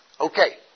Okay